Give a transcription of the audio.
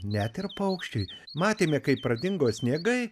net ir paukščiai matėme kaip pradingo sniegai